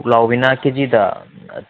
ꯄꯨꯛꯂꯥꯎꯕꯤꯅ ꯀꯦꯖꯤꯗ